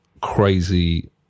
crazy